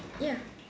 ya